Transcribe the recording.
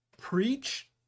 Preach